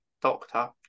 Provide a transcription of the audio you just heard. doctor